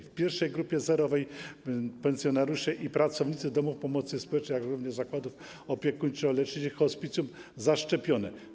W pierwszej grupie, zerowej pensjonariusze i pracownicy domów pomocy społecznej, jak również zakładów opiekuńczo-leczniczych i hospicjów zostali zaszczepieni.